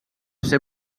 ser